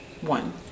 One